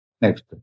Next